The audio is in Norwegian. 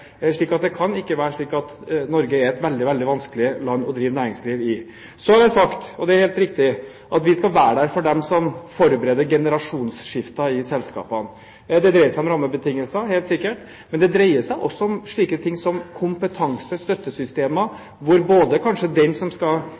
det kan ikke være slik at Norge er et veldig vanskelig land å drive næringsliv i. Så har jeg sagt, og det er helt riktig, at vi skal være der for dem som forebereder generasjonsskifter i selskapene. Det dreier seg om rammebetingelser, helt sikkert, men det dreier seg også om slike ting som kompetansestøttesystemer, hvor den som skal